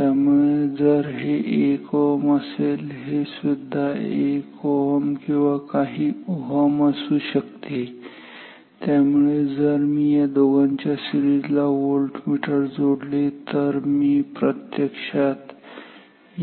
त्यामुळे जर हे 1 Ω असेल हे सुद्धा 1 Ω किंवा काही Ω असू शकते आणि त्यामुळे जर मी या दोघांच्या सिरीज ला व्होल्टमीटर जोडले तर मी प्रत्यक्षात